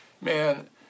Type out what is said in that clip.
Man